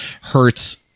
hurts